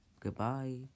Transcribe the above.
Goodbye